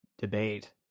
debate